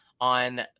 on